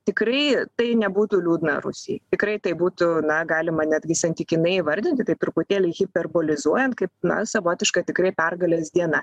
tikrai tai nebūtų liūdna rusijai tikrai tai būtų na galima netgi santykinai įvardinti taip truputėlį hiperbolizuojant kaip na savotiška tikrai pergalės diena